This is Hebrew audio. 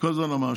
כל הזמן אמר?